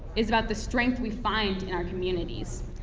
it's about the strength we find in our communities.